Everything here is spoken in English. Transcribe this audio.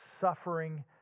Suffering